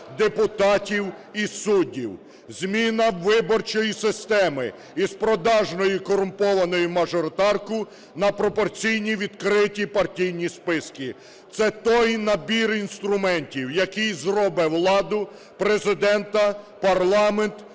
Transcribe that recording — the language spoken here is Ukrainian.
депутатів і суддів; зміна виборчої системи із продажної корумпованої мажоритарки на пропорційні відкриті партійні списки – це той набір інструментів, який зробить владу, Президента, парламент,